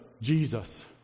Jesus